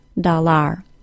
dollar